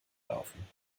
laufen